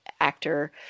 actor